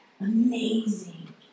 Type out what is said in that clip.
amazing